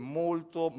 molto